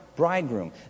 bridegroom